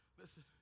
Listen